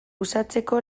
uxatzeko